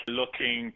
looking